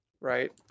right